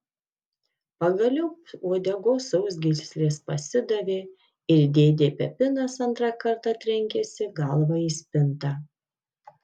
pagaliau uodegos sausgyslės pasidavė ir dėdė pepinas antrą kartą trenkėsi galva į spintą